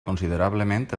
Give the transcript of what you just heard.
considerablement